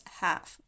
half